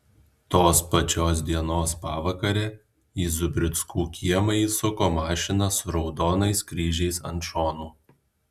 tos pačios dienos pavakare į zubrickų kiemą įsuko mašina su raudonais kryžiais ant šonų